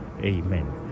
Amen